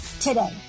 today